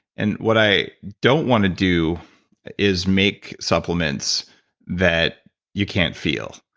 and what i don't want to do is make supplements that you can't feel